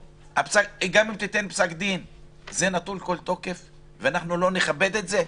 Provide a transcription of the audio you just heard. ושפסק הדין יהיה נטול כל תוקף ושאנחנו לא נכבד את זה?